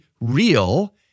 real